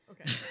okay